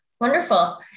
wonderful